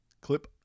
Clip